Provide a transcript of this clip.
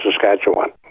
Saskatchewan